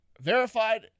verified